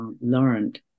learned